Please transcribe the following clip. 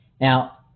Now